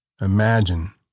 Imagine